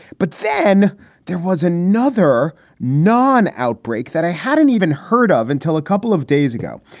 but then there was another non outbreak that i hadn't even heard of until a couple of days ago.